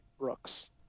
Brooks